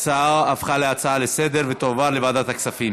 להצעה לסדר-היום ולהעביר את הנושא לוועדת הכספים